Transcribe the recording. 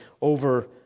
over